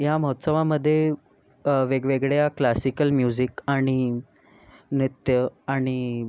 या महोत्सवामध्ये वेगवेगळ्या क्लासिकल म्युझिक आणि नृत्य आणि